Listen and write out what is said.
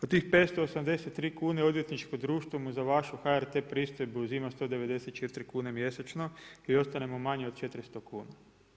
Od tih 583 kune odvjetničko društvo mu je da vašu HRT pristojbu uzima 194 kune mjesečno i ostane mu manje od 400 kuna.